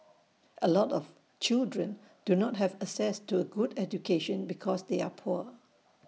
A lot of children do not have access to A good education because they are poor